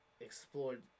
explored